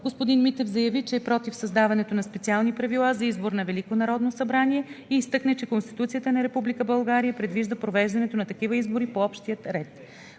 Господин Митев заяви, че е против създаването на специални правила за избор на Велико народно събрание и изтъкна, че Конституцията на Република България предвижда провеждането на такива избори по общия ред.